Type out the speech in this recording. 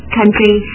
country